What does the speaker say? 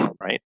right